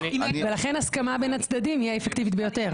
ולכן הסכמה בין הצדדים היא האפקטיבית ביותר.